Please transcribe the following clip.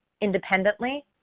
independently